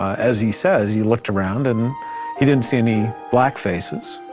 as he says, he looked around and he didn't see any black faces.